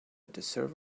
deserve